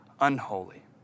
unholy